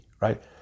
right